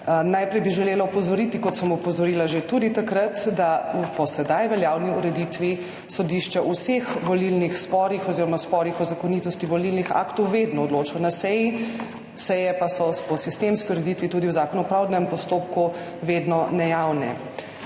Najprej bi želela opozoriti, kot sem opozorila tudi že takrat, da po sedaj veljavni ureditvi sodišče v vseh volilnih sporih oziroma sporih o zakonitosti volilnih aktov vedno odloča na seji, seje pa so po sistemski ureditvi tudi v Zakonu o pravdnem postopku vedno nejavne.